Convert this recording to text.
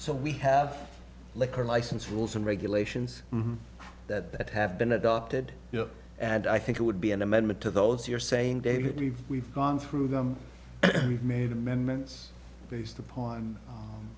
so we have liquor license rules and regulations that have been adopted and i think it would be an amendment to those you're saying david we've we've gone through them we've made amendments based upon